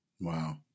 Wow